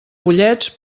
pollets